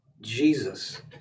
Jesus